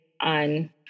on